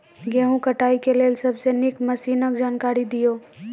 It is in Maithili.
गेहूँ कटाई के लेल सबसे नीक मसीनऽक जानकारी दियो?